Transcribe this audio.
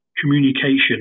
communication